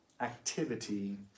activity